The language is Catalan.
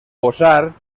posar